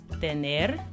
tener